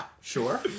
Sure